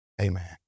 Amen